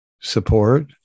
support